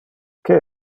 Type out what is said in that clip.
que